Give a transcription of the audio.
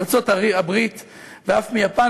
מארצות-הברית ואף מיפן,